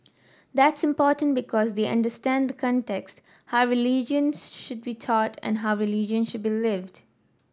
that's important because they understand the context how religion should be taught and how religion should be lived